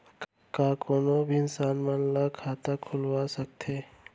का कोनो भी इंसान मन ला खाता खुलवा सकथे?